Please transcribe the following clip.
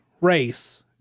race